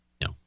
No